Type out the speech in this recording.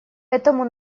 этому